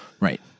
Right